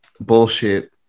bullshit